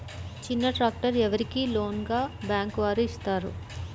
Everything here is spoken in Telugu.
చిన్న ట్రాక్టర్ ఎవరికి లోన్గా బ్యాంక్ వారు ఇస్తారు?